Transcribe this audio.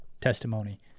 testimony